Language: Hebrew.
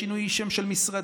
בשינוי של שם המשרדים,